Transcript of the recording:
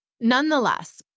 Nonetheless